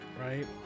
right